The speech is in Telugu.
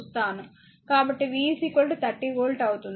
కాబట్టి v 30 వోల్ట్ అవుతుంది